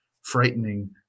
frightening